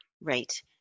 Right